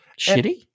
shitty